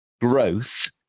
growth